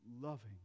loving